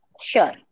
Sure